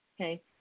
okay